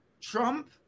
Trump